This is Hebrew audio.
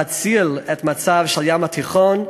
להציל את המצב של הים התיכון.